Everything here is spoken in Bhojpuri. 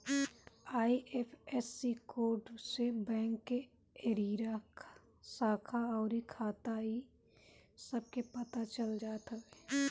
आई.एफ.एस.सी कोड से बैंक के एरिरा, शाखा अउरी खाता इ सब के पता चल जात हवे